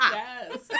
yes